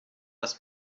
das